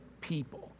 people